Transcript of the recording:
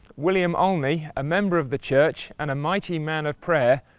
william olney, a member of the church and a mighty man of prayer,